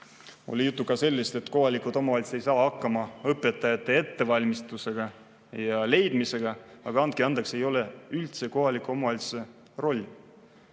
Oli juttu ka sellest, et kohalikud omavalitsused ei saa hakkama õpetajate ettevalmistamise ja leidmisega. Aga andke andeks – see ei ole üldse kohalike omavalitsuste roll.